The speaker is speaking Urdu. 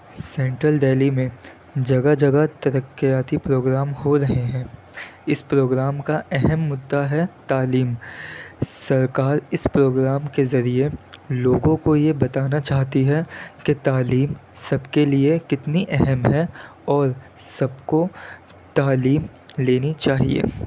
سینٹرل دہلی میں جگہ جگہ ترقیاتی پروگرام ہو رہے ہیں اس پروگرام کا اہم مدعا ہے تعلیم سرکار اس پروگرام کے ذریعے لوگوں کو یہ بتانا چاہتی ہے کہ تعلیم سب کے لیے کتنی اہم ہے اور سب کو تعلیم لینی چاہیے